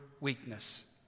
weakness